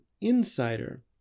insider